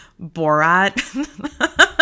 Borat